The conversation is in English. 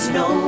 no